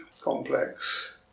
complex